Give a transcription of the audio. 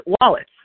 wallets